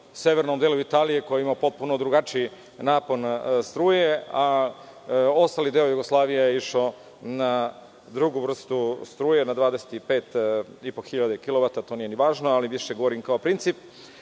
severnom delu Italije koji ima potpuno drugačiji napon struje, a ostali deo Jugoslavije išao na drugu vrstu struje, na 25 i po kilovata, ali to nije ni važno, više govorim kao princip. Moram